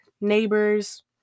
neighbors